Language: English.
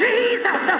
Jesus